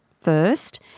first